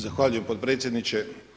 Zahvaljujem potpredsjedniče.